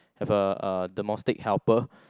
have a uh domestic helper